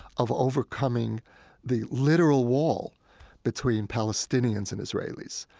of overcoming the literal wall between palestinians and israelis.